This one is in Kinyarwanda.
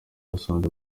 yasanze